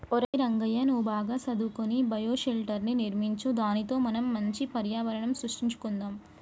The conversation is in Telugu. ఒరై రంగయ్య నువ్వు బాగా సదువుకొని బయోషెల్టర్ర్ని నిర్మించు దానితో మనం మంచి పర్యావరణం సృష్టించుకొందాం